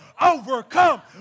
overcome